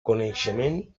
coneixement